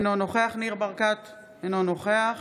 אינו נוכח ניר ברקת, אינו נוכח